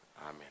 Amen